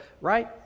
right